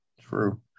true